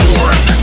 Born